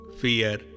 fear